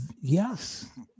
Yes